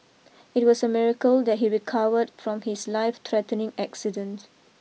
it was a miracle that he recovered from his life threatening accident